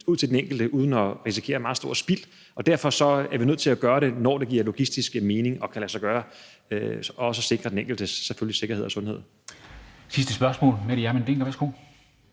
ud til den enkelte, uden at vi risikerer et meget stort spild. Derfor er vi nødt til at gøre det, når det giver logistisk mening og kan lade sig gøre, også for at sikre den enkeltes sikkerhed og sundhed. Kl. 15:10 Formanden (Henrik